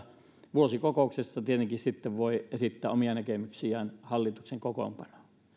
vuosikokouksessa hän tietenkin sitten voi esittää omia näkemyksiään hallituksen kokoonpanoon ja